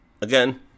Again